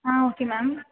ah okay ma'am